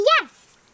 yes